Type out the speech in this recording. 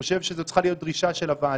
אני חושב שזאת צריכה להיות דרישה של הוועדה,